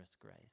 grace